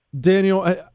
Daniel